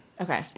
Okay